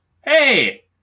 Hey